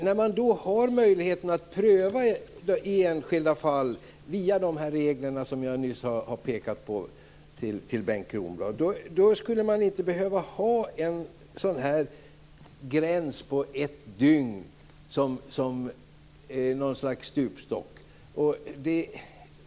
När man i enskilda fall har möjlighet till prövning via de regler som jag nyss pekade på, Bengt Kronblad, skulle det inte behövas en sådan här gräns om ett dygn som ett slags stupstock.